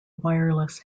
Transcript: wireless